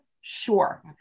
Sure